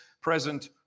present